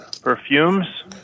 perfumes